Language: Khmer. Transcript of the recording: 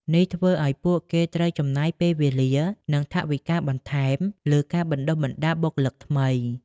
នេះធ្វើឱ្យពួកគេត្រូវចំណាយពេលវេលា និងថវិកាបន្ថែមលើការបណ្តុះបណ្តាលបុគ្គលិកថ្មី។